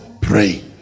pray